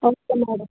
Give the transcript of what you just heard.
okay madam